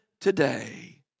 today